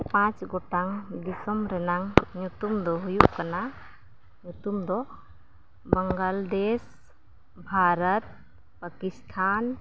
ᱯᱟᱸᱪ ᱜᱚᱴᱟᱝ ᱫᱤᱥᱚᱢ ᱨᱮᱭᱟᱝ ᱧᱩᱛᱩᱢ ᱫᱚ ᱦᱩᱭᱩᱜ ᱠᱟᱱᱟ ᱧᱩᱛᱩᱢᱫᱚ ᱵᱟᱝᱞᱟᱫᱮᱥ ᱵᱷᱟᱨᱚᱛ ᱯᱟᱠᱤᱥᱛᱟᱱ